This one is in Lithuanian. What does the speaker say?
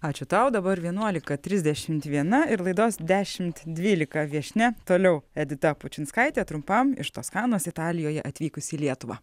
ačiū tau dabar vienuolika trisdešimt viena ir laidos dešimt dvylika viešnia toliau edita pučinskaitė trumpam iš toskanos italijoje atvykusi į lietuvą